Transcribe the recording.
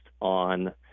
on